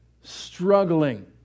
struggling